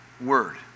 word